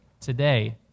today